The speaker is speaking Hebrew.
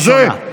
ראשונה.